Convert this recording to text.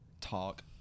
talk